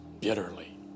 bitterly